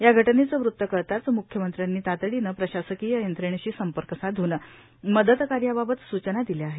या घटनेचे वृत्त कळताच म्ख्यमंत्र्यांनी तातडीने प्रशासकीय यंत्रणेशी संपर्क साधून मदत कार्याबाबत सूचना दिल्या आहेत